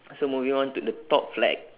so moving on to the top flag